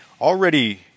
already